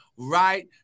right